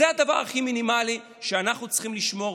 זה הדבר הכי מינימלי שאנחנו צריכים לשמור.